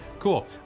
cool